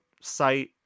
site